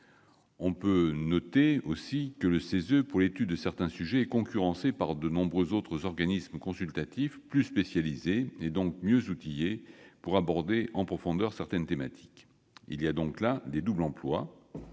On peut aussi noter que le CESE, pour l'étude de certains sujets, est concurrencé par de nombreux autres organismes consultatifs plus spécialisés, et donc mieux outillés pour aborder en profondeur certaines thématiques. Ces doubles emplois